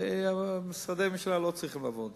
כי משרדי ממשלה לא צריכים לעבוד.